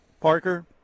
Parker